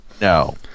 no